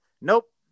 nope